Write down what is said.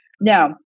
Now